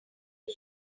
api